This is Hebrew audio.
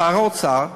שר האוצר,